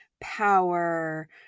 power